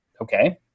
okay